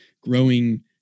growing